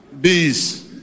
Bees